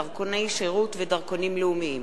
דרכוני שירות ודרכונים לאומיים,